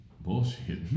bullshit